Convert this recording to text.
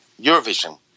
Eurovision